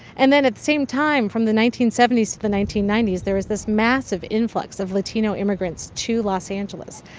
and then at the same time, from the nineteen seventy s to the nineteen ninety s, there was this massive influx of latino immigrants to los angeles.